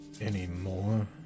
anymore